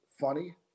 funny